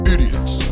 Idiots